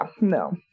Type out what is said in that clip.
no